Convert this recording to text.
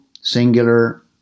singular